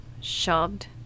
shoved